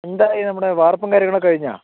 എന്തായി നമ്മുടെ വാർപ്പും കാര്യങ്ങളും കഴിഞ്ഞോ